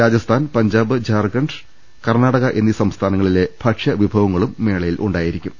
രാജസ്ഥാൻ പഞ്ചാബ് ജാർഖണ്ഡ് കർണാടക എന്നീ സംസ്ഥാനങ്ങളിലെ ഭക്ഷ്യ വിഭവങ്ങളും മേളയിൽ ഉണ്ടായിരിക്കും